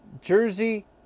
Jersey